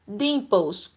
dimples